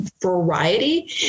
variety